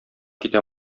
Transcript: китә